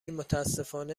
متأسفانه